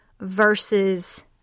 versus